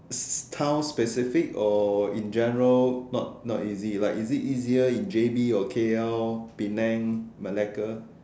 town specific or in general not not easy like is it easier in J_B or K_L Penang Malacca